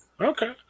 Okay